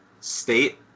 state